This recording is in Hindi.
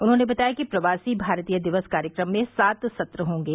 उन्होंने बताया कि प्रवासी भारतीय दिवस कार्यक्रम में सात सत्र होंगे